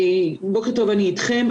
בוקר טוב, אני אתכם.